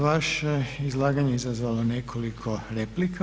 Vaše izlaganje je izazvalo nekoliko replika.